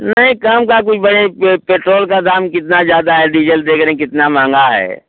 नहीं कम का कुछ पेट्रोल का दाम कितना ज़्यादा है डीजल देख रहे हैं कितना महंगा है